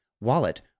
wallet